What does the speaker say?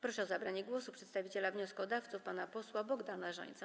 Proszę o zabranie głosu przedstawiciela wnioskodawców pana posła Bogdana Rzońcę.